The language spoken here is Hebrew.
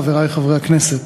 חברי חברי הכנסת,